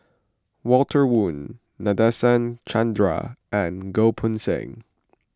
Walter Woon Nadasen Chandra and Goh Poh Seng